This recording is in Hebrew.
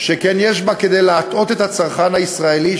שכן יש בה כדי להטעות את הצרכן הישראלי,